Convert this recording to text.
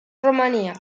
romania